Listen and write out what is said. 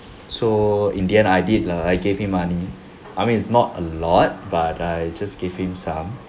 so in the end I did err I gave him money I mean it's not a lot but I just give him some